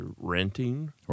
renting